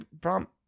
problem